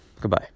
Goodbye